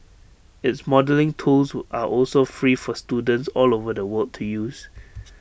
its modelling tools are also free for students all over the world to use